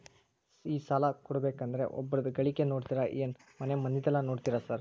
ಈ ಸಾಲ ಕೊಡ್ಬೇಕಂದ್ರೆ ಒಬ್ರದ ಗಳಿಕೆ ನೋಡ್ತೇರಾ ಏನ್ ಮನೆ ಮಂದಿದೆಲ್ಲ ನೋಡ್ತೇರಾ ಸಾರ್?